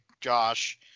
josh